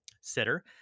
sitter